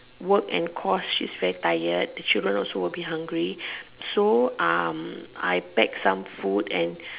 work and cause she's very tired the children also will be hungry so I pack some food and